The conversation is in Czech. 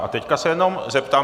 A teď se jenom zeptám.